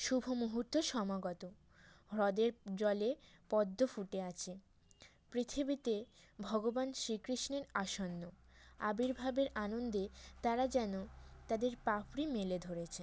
শুভ মুহূর্ত সমাগত হ্রদের জলে পদ্ম ফুটে আছে পৃথিবীতে ভগবান শ্রীকৃষ্ণের আসন্ন আবির্ভাবের আনন্দে তারা যেন তাদের পাপড়ি মেলে ধরেছে